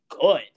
good